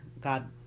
God